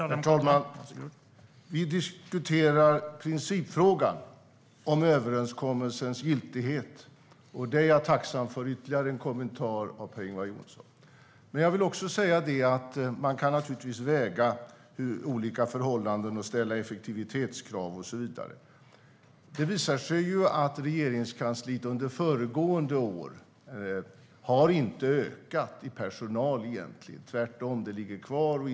Herr talman! Vi diskuterar principfrågan, den om överenskommelsens giltighet. Jag är tacksam för ytterligare en kommentar till det av Per-Ingvar Johnsson. Man kan naturligtvis väga in olika förhållanden, ställa effektivitetskrav och så vidare. Det visar sig att Regeringskansliet under föregående år inte ökat vad gäller personal, antalet anställda. Tvärtom ligger antalet kvar.